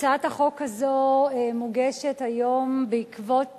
הצעת החוק הזאת מוגשת היום בעקבות